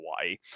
Hawaii